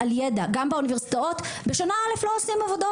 לא שנעשה,